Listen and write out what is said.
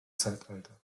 zeitalter